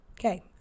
Okay